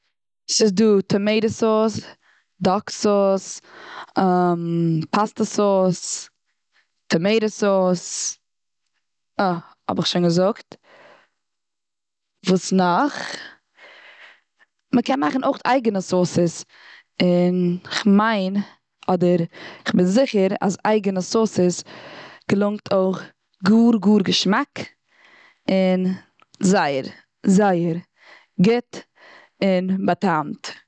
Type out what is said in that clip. ס'איז דא טאמאטע סאוס, דאק סאוס, פאסטע סאוס, טאמאטעט סאוס, אה האב איך שוין געזאגט. וואס נאך? מ'קען מאכן אויך אייגענע סאוסעס, און כ'מיין אדער כ'בין זיכער אז אייגענע סאוסעס געלונגט אויך גאר, גאר, געשמאק, און זייער, זייער, גוט, טון בע'טעמט